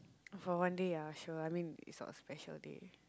for one day ah sure I mean it's for special day